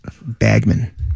Bagman